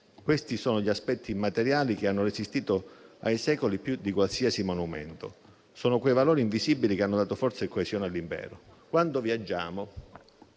Questi sono gli aspetti immateriali che hanno resistito ai secoli più di qualsiasi monumento. Sono quei valori invisibili che hanno dato forza e coesione all'impero.